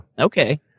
Okay